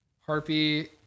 harpy